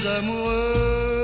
amoureux